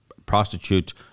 prostitute